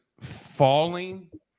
falling